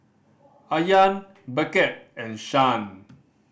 Ayaan Beckett and Shan